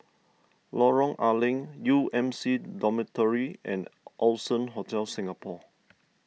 Lorong A Leng U M C Dormitory and Allson Hotel Singapore